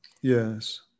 Yes